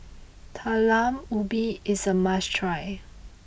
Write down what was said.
Talam Ubi is a must try